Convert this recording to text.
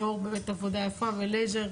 ליאור, באמת עבודה יפה, ולייזר.